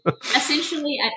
essentially